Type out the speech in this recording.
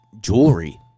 jewelry